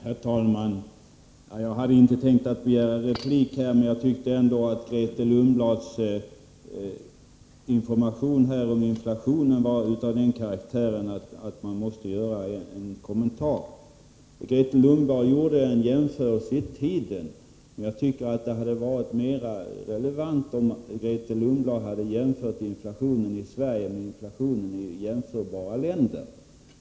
Herr talman! Jag hade inte tänkt begära någon replik här. Grethe Lundblads information om inflationen var emellertid av den karaktären att jag måste göra en kommentar. Grethe Lundblad gjorde en jämförelse i tiden, men det hade enligt min mening varit mer relevant om hon hade jämfört inflationen i Sverige med inflationen i jämförbara länder.